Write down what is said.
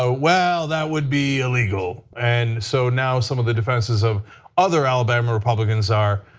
ah well, that would be illegal. and so now some of the defenses of other alabama republicans are,